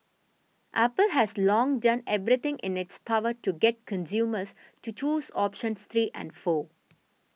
Apple has long done everything in its power to get consumers to choose options three and four